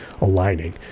aligning